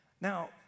Now